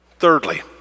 Thirdly